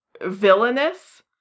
villainous